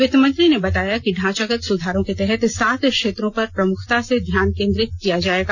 वित्त मंत्री ने बताया कि ढांचागत सुधारों के तहत सात क्षेत्रों पर प्रमुखता से ध्यान केन्दित किया जाएगा